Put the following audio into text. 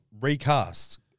recast